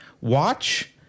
watch